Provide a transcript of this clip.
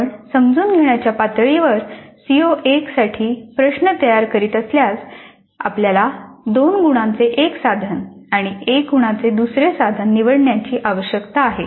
आपण समजून घेण्याच्या पातळीवर सीओ 1 साठी प्रश्न तयार करीत असल्यास आपल्याला 2 गुणांचे एक साधन आणि 1 गुणाचे दुसरे साधन निवडण्याची आवश्यकता आहे